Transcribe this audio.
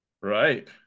right